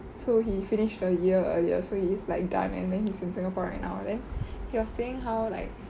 so he finished earlier earlier so he is like done and then he's in singapore right now then he was saying how like